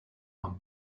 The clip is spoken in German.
amt